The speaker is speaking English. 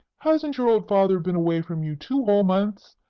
hasn't your old father been away from you two whole months?